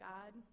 God